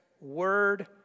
word